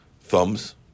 thumbs